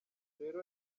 rero